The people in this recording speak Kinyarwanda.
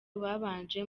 babanje